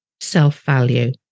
self-value